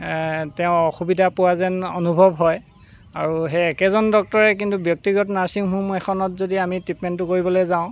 তেওঁ অসুবিধা পোৱা যেন অনুভৱ হয় আৰু সেই একেজন ডক্টৰে কিন্তু ব্যক্তিগত নাৰ্ছিং হোম এখনত যদি আমি ট্ৰিটমেণ্টটো কৰিবলৈ যাওঁ